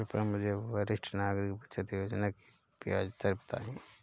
कृपया मुझे वरिष्ठ नागरिक बचत योजना की ब्याज दर बताएं?